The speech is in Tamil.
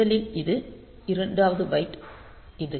முதலில் இது இரண்டாவது பைட் இது